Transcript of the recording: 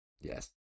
Yes